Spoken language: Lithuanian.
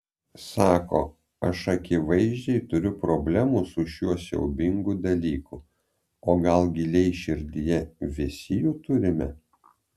sako aš akivaizdžiai turiu problemų su šiuo siaubingu dalyku o gal giliai širdyje visi jų turime